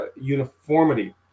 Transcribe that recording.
uniformity